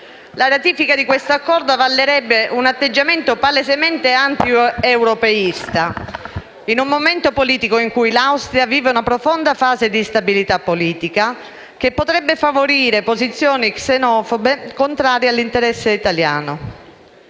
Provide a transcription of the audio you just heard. La ratifica dell'Accordo avallerebbe un atteggiamento palesemente antieuropeista, in un momento politico in cui l'Austria vive una profonda fase di instabilità politica che potrebbe favorire posizioni xenofobe contrarie all'interesse italiano.